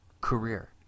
Career